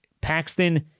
Paxton